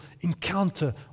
encounter